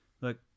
look